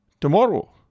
Tomorrow